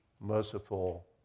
merciful